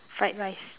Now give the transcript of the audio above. fried rice